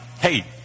Hey